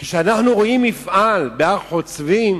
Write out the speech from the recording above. כשאנחנו רואים מפעל בהר-חוצבים,